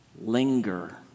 Linger